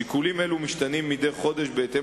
שיקולים אלו משתנים מדי חודש בהתאם